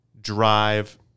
drive